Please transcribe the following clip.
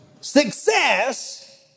success